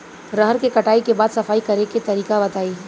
रहर के कटाई के बाद सफाई करेके तरीका बताइ?